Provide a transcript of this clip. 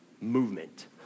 movement